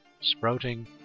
sprouting